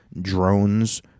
drones